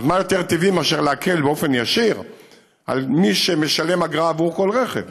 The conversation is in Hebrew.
אז מה יותר טבעי מאשר להקל באופן ישיר על מי שמשלם אגרה עבור כל רכב?